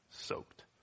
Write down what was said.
soaked